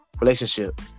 relationship